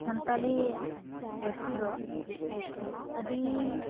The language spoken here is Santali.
ᱥᱟᱱᱛᱟᱞᱤ ᱯᱟᱹᱨᱥᱤᱫᱚ ᱟᱹᱰᱤ